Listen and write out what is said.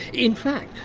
in fact,